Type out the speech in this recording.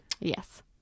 Yes